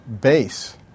base